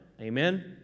Amen